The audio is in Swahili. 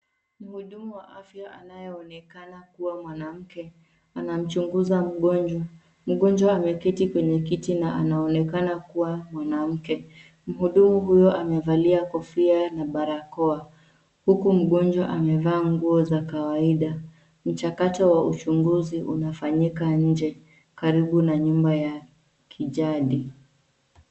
Mhudumu wa afya anayeonekana kuwa mwanamke, anamchunguza mgonjwa. Mgonjwa ameketi kwenye kiti na anaonekana kuwa mwanamke. Mhudumu huyu amevalia kofia na barakoa, huku mgonjwa amevaa nguo za kawaida. Mchakato wa uchunguzi unafanyika nje, karibu na nyumba ya kijadi.